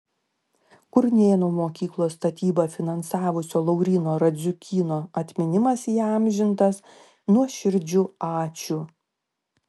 kurnėnų mokyklos statybą finansavusio lauryno radziukyno atminimas įamžintas nuoširdžiu ačiū